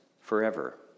forever